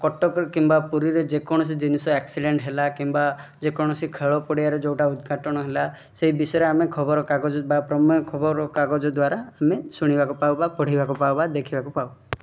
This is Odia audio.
କଟକ କିମ୍ବା ପୁରୀରେ ଯେକୌଣସି ଜିନିଷ ଆକ୍ସିଡେଣ୍ଟ୍ ହେଲା କିମ୍ବା ଯେକୌଣସି ଖେଳ ପଡ଼ିଆରେ ଯେଉଁଟା ଉଦଘାଟନ ହେଲା ସେଇ ବିଷୟରେ ଆମେ ଖବରକାଗଜ ବା ପ୍ରମେୟ ଖବର କାଗଜ ଦ୍ୱାରା ଆମେ ଶୁଣିବାକୁ ପାଉ ବା ପଢ଼ିବାକୁ ପାଉ ବା ଦେଖିବାକୁ ପାଉ